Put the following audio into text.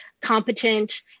competent